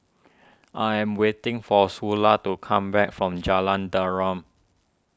I am waiting for Sula to come back from Jalan Derum